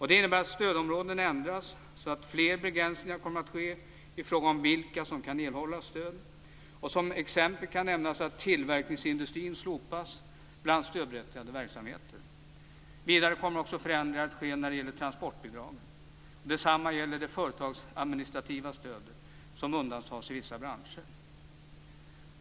Det innebär att stödområden ändras så att fler begränsningar kommer att ske i fråga om vilka som kan erhålla stöd. Som exempel kan jag nämna att tillverkningsindustrin slopas bland stödberättigade verksamheter. Vidare kommer också förändringar att ske när det gäller transportbidragen. Detsamma gäller det företagsadministrativa stödet som undantas i vissa branscher.